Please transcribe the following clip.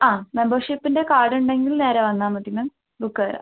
ആ മെമ്പർഷിപ്പിൻ്റെ കാർഡ് ഉണ്ടെങ്കിൽ നേരെ വന്നാൽമതി മാം ബുക്ക് തരാം